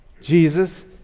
Jesus